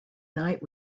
night